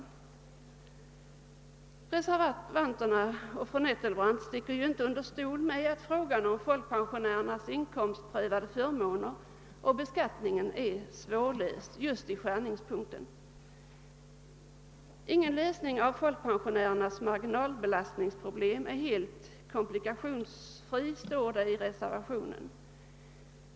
Fru Nettelbrandt och hennes medreservanter sticker inte under stol med att frågan om folkpensionärernas inkomstprövade förmåner och beskattning är svårlöst just i skärningspunkten. »Ingen lösning av folkpensionärernas marginalbelastningsproblem är helt komplikationsfri», sägs det i reservationen.